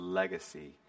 legacy